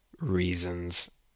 reasons